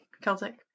Celtic